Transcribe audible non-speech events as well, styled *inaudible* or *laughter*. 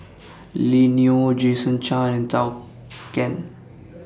*noise* Lily Neo Jason Chan and *noise* Zhou Can